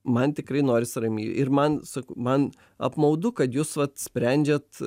man tikrai norisi ramiai ir man sakau man apmaudu kad jūs vat sprendžiat